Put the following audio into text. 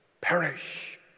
perish